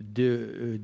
du